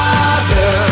Father